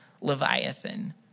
Leviathan